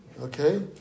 Okay